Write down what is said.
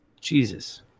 Jesus